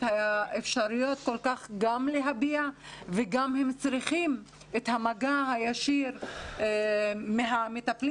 האפשרות גם להביע וגם הם צריכים את המגע הישיר מהמטפלים,